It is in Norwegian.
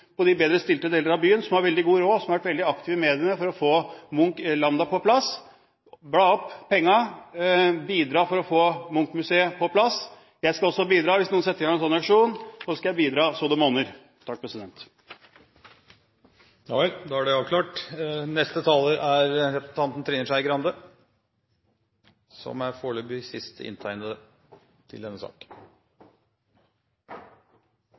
på skatten, men det kan man ikke i dag. Uansett oppfordrer jeg alle – ikke minst Høyre-folk, som bor i de bedrestilte deler av byen, som har veldig god råd, som har vært veldig aktive i mediene for å få Munch-museet/Lambda på plass – til å bla opp pengene og bidra for å få Munch-museet på plass! Jeg skal også bidra hvis noen setter i gang en slik aksjon. Da skal jeg bidra så det monner. Javel, da er det avklart. Dette er